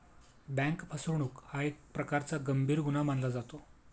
bank फसवणूक हा एक प्रकारचा गंभीर गुन्हा मानला जातो